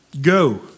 Go